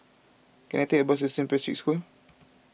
can I take a bus to Saint Patrick's School